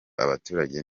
abaturage